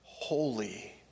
Holy